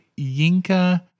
Yinka